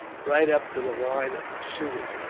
right up to the line of pursuers,